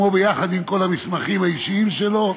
עם כל המסמכים האישיים שלו.